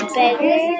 better